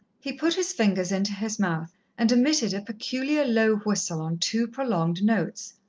he put his fingers into his mouth and emitted a peculiar low whistle on two prolonged notes.